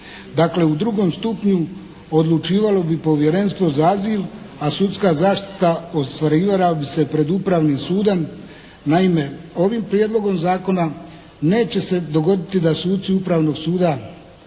Dakle u drugom stupnju odlučivalo bi Povjerenstvo za azil, a sudska zaštita ostvarivala bi se pred Upravnim sudom. Naime, ovim Prijedlogom zakona neće se dogoditi da suci Upravnog suda